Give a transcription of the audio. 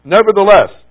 Nevertheless